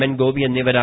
N Gopi എന്നിവരാണ്